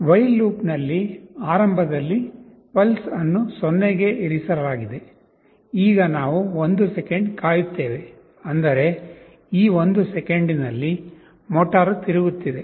while ಲೂಪ್ನಲ್ಲಿ ಆರಂಭದಲ್ಲಿ pulse ಅನ್ನು 0 ಗೆ ಇರಿಸಲಾಗಿದೆ ಈಗ ನಾವು 1 ಸೆಕೆಂಡ್ ಕಾಯುತ್ತೇವೆ ಅಂದರೆ ಈ 1 ಸೆಕೆಂಡಿನಲ್ಲಿ ಮೋಟಾರ್ ತಿರುಗುತ್ತಿದೆ